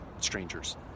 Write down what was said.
strangers